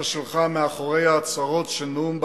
שלך מאחורי ההצהרות של נאום בר-אילן,